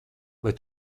vai